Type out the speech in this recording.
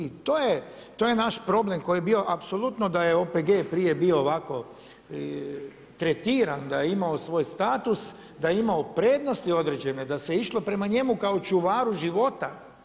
I to je naš problem koji je bio, apsolutno da je OPG prije bio ovako tretiran, da je imao svoj status, da je imao prednosti određene, da se je išlo prema njemu kao čuvaru života.